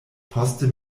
poste